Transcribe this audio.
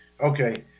Okay